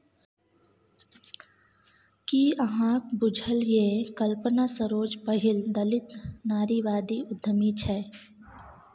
कि अहाँक बुझल यै कल्पना सरोज पहिल दलित नारीवादी उद्यमी छै?